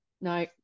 no